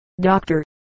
doctor